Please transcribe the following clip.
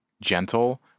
gentle